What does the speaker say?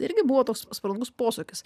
irgi buvo toks svarbus posūkis